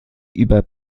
über